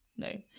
No